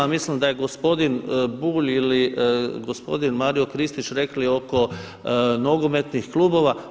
Mislim da je gospodin Bulj ili gospodin Maro Kristić rekli oko nogometnih klubova.